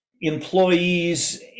employees